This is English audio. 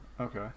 Okay